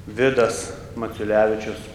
vidas maciulevičius